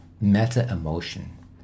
meta-emotion